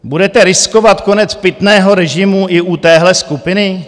Budete riskovat konec pitného režimu i u téhle skupiny?